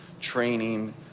training